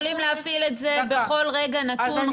יכולים להפעיל את זה בכל רגע נתון,